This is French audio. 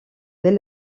des